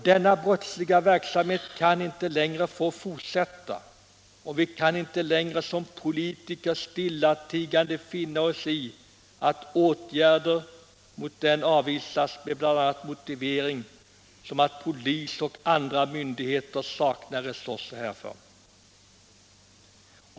Denna brottsliga verksamhet kan inte längre få fortsätta, och vi kan inte längre som politiker stillatigande finna oss i att åtgärder mot den avvisas med motiveringar som att polisen och andra myndigheter saknar resurser härför.